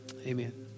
Amen